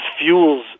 fuels